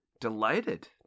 delighted